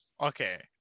Okay